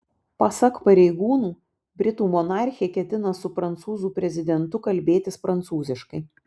pasak pareigūnų britų monarchė ketina su prancūzų prezidentu kalbėtis prancūziškai